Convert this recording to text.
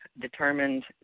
determined